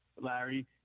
Larry